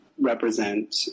represent